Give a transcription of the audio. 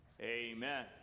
Amen